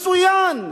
מצוין.